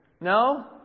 No